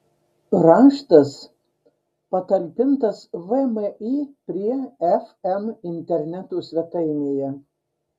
raštas patalpintas vmi prie fm interneto svetainėje